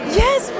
yes